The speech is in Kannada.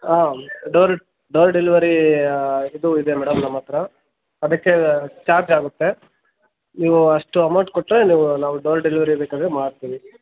ಆಂ ಡೋರ್ ಡೋರ್ ಡೆಲ್ವರೀ ಇದೂ ಇದೆ ಮೇಡಮ್ ನಮ್ಮತ್ರ ಅದಕ್ಕೆ ಚಾರ್ಜ್ ಆಗುತ್ತೆ ನೀವು ಅಷ್ಟು ಅಮೌಂಟ್ ಕೊಟ್ರೆ ನೀವು ನಾವು ಡೋರ್ ಡೆಲ್ವರಿ ಬೇಕಾದರೆ ಮಾಡ್ತೀವಿ